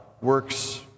works